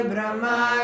Brahma